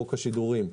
חוק השידורים.